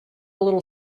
little